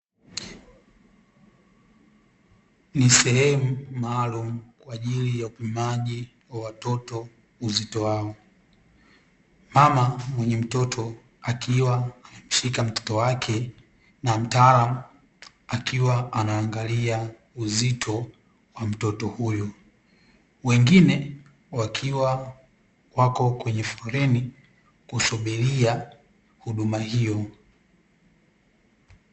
Ni sehemu maalumu kwa ajili ya upimaji wa watoto uzito wao. Mama mwenye mtoto akiwa amemshika mtoto wake, na mtaalamu akiwa anaangalia uzito wa mtoto huyu. Wengine wakiwa wako kwenye foleni, kusubiria huduma hiyo.